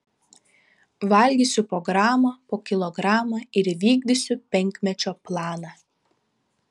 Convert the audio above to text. valgysiu po gramą po kilogramą ir įvykdysiu penkmečio planą